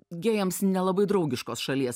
gėjams nelabai draugiškos šalies